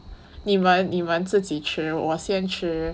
你们你们自己吃我先吃